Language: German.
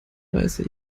reiße